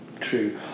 True